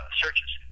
searches